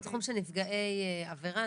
בתחום של נפגעי עבירה,